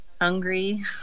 hungry